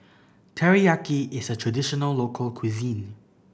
teriyaki is a traditional local cuisine